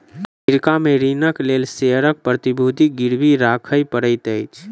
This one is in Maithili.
अमेरिका में ऋणक लेल शेयरक प्रतिभूति गिरवी राखय पड़ैत अछि